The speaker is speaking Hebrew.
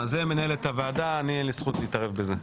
זה מנהלת הוועדה, לי אין זכות להתערב בזה.